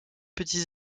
petits